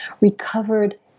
Recovered